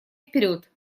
вперед